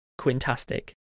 Quintastic